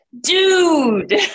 dude